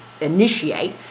initiate